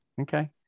Okay